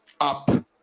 up